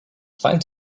client